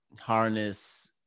harness